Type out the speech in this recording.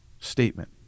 statement